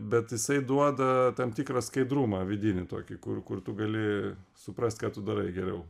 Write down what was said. bet jisai duoda tam tikrą skaidrumą vidinį tokį kur kur tu gali suprast ką tu darai geriau